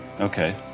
Okay